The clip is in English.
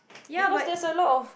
because there's a lot of